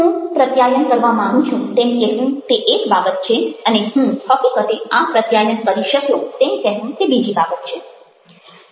હું પ્રત્યાયન કરવા માગું છું તેમ કહેવું તે એક બાબત છે અને હું હકીકતે આ પ્રત્યાયન કરી શકયો તેમ કહેવું તે બીજી બાબત છે